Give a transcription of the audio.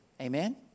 Amen